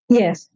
yes